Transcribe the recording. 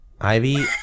Ivy